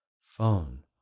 phone